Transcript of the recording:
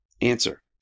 Answer